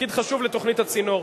תפקיד חשוב לתוכנית "הצינור".